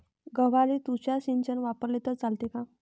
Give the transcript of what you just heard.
गव्हाले तुषार सिंचन वापरले तर चालते का?